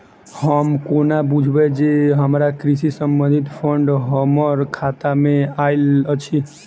हम कोना बुझबै जे हमरा कृषि संबंधित फंड हम्मर खाता मे आइल अछि?